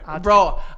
Bro